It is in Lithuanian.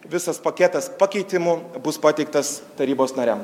visas paketas pakeitimų bus pateiktas tarybos nariam